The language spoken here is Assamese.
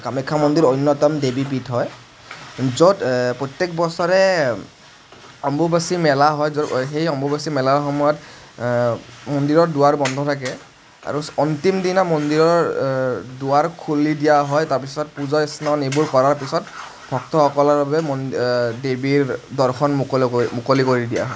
কামাখ্য়া মন্দিৰ অন্য়তম দেৱী পীঠ হয় য'ত প্ৰত্য়েক বছৰে অম্বুবাচী মেলা হয় য'ত সেই অম্বুবাচী মেলাৰ সময়ত মন্দিৰৰ দুৱাৰ বন্ধ থাকে আৰু অন্তিম দিনা মন্দিৰৰ দুৱাৰ খুলি দিয়া হয় তাৰপাছত পূজা স্নান এইবোৰ কৰাৰ পাচত ভক্তসকলৰ বাবে মন্ দেৱীৰ দৰ্শন মুকলি ক মুকলি কৰি দিয়া হয়